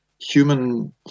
human